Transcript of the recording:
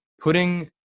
putting